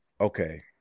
okay